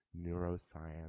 neuroscience